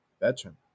Veteran